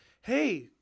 Hey